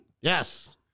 Yes